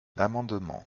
l’amendement